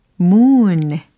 moon